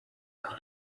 will